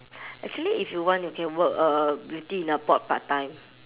actually if you want you can work uh beauty in a pot part time